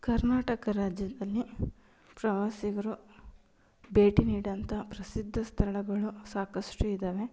ಕರ್ನಾಟಕ ರಾಜ್ಯದಲ್ಲಿ ಪ್ರವಾಸಿಗರು ಭೇಟಿ ನೀಡೋಂಥ ಪ್ರಸಿದ್ಧ ಸ್ಥಳಗಳು ಸಾಕಷ್ಟು ಇದ್ದಾವೆ